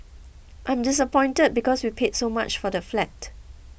I'm disappointed because we paid so much for the flat